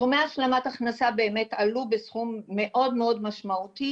סכומי השלמת ההכנסה באמת עלו בסכום מאוד מאוד משמעותי,